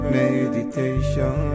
meditation